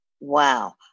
wow